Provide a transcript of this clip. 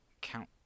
count